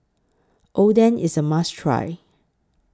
Oden IS A must Try